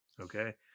okay